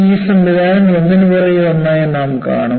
ഈ സംവിധാനങ്ങൾ ഒന്നിനുപുറകെ ഒന്നായി നാം കാണും